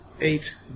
eight